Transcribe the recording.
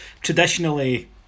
traditionally